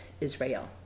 Israel